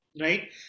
right